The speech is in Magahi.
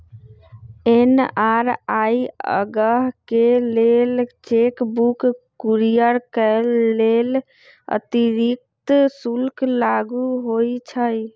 एन.आर.आई गाहकके लेल चेक बुक कुरियर करय लेल अतिरिक्त शुल्क लागू होइ छइ